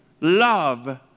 love